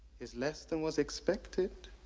is less than was expected.